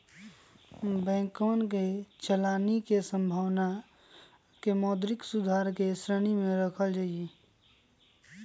बैंकवन के चलानी के संभावना के मौद्रिक सुधार के श्रेणी में रखल जाहई